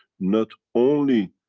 not only,